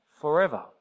forever